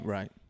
Right